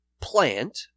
plant